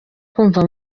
kumva